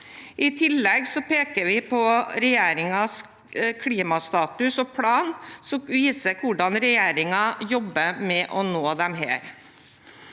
I tillegg peker vi på regjeringens klimastatus og -plan som viser hvordan regjeringen jobber med å nå disse.